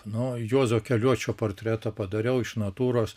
nu juozo keliuočio portretą padariau iš natūros